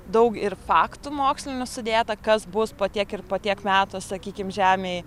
daug ir faktų mokslinių sudėta kas bus po tiek ir po tiek metų sakykim žemėj